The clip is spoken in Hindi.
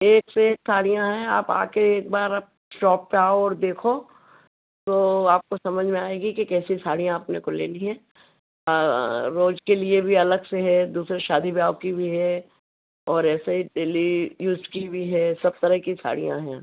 एक से एक साड़ियाँ हैं आप आ कर एक बार आप शोप पर आओ और देखो तो आपको समझ में आएगी कि कैसी साड़ियाँ अपने को लेनी है रोज के लिए भी अलग से है दूसरे शादी ब्याहो की भी है और ऐसे डेली यूज़ की वी है सब तरह की साड़ियाँ हैं